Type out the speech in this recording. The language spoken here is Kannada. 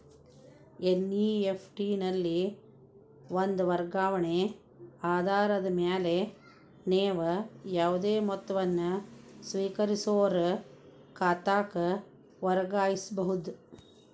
ಎನ್.ಇ.ಎಫ್.ಟಿ ನಲ್ಲಿ ಒಂದ ವರ್ಗಾವಣೆ ಆಧಾರದ ಮ್ಯಾಲೆ ನೇವು ಯಾವುದೇ ಮೊತ್ತವನ್ನ ಸ್ವೇಕರಿಸೋರ್ ಖಾತಾಕ್ಕ ವರ್ಗಾಯಿಸಬಹುದ್